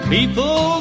People